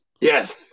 Yes